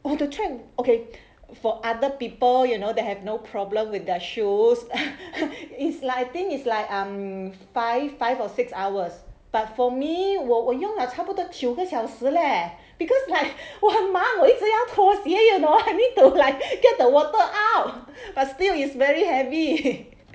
orh the trek okay for other people you know that have no problem with their shoes it's like I think is like um five five or six hours but for me 我我用了差不多九个小时 leh because like 我很忙我一直要脱鞋 you know I need to like get the water out but still it's very heavy